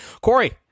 Corey